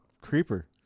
creeper